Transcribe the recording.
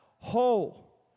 whole